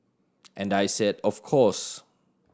and I said of course